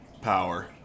power